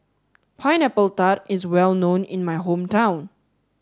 pineapple tart is well known in my hometown